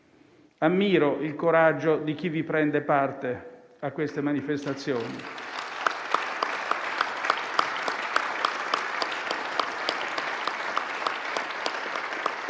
Ammiro il coraggio di chi prende parte a queste manifestazioni.